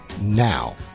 now